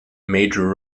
major